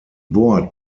bord